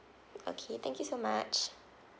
okay thank you so much